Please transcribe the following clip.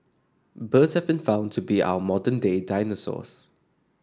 birds have been found to be our modern day dinosaurs